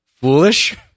foolish